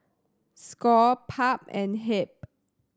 score PUB and HEB